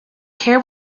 care